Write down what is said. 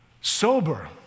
Sober